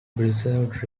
preserved